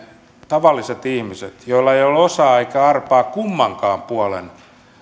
tavalliset ihmiset joilla ei ole ole osaa eikä arpaa kummankaan puolen